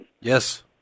Yes